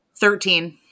Thirteen